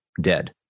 dead